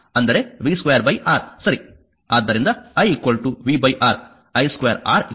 ಆದ್ದರಿಂದi vR i2R v2R